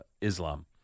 Islam